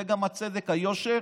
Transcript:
זה גם הצדק והיושר,